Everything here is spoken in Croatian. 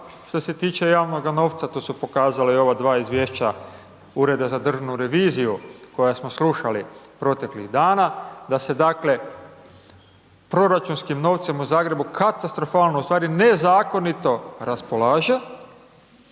što se tiče javnoga novca, to su pokazale i ova dva izvješća Ureda za državnu reviziju koja smo slušali proteklih dana, da se, dakle, proračunskim novcem u Zagrebu katastrofalno, u stvari, nezakonito raspolaže.